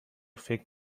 فکر